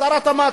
שר התמ"ת,